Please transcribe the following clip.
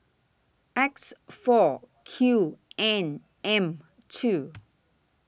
X four Q N M two